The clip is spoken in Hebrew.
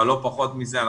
אבל לא פחות מזה,